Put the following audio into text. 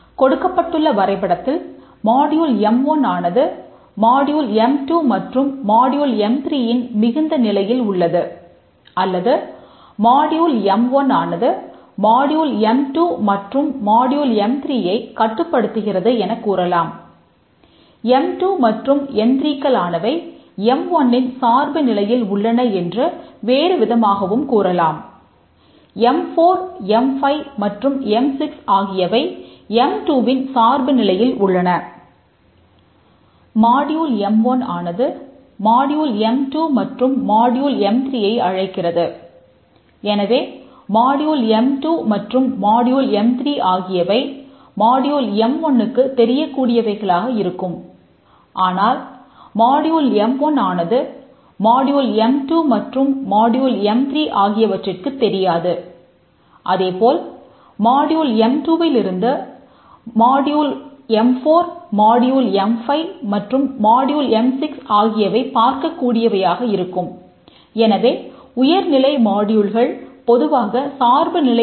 கொடுக்கப்பட்டுள்ள வரைபடத்தில் மாடியூல் எம்1 ன் சார்பு நிலையில் உள்ளன